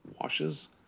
washes